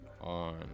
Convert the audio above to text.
on